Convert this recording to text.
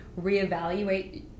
reevaluate